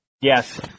Yes